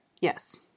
yes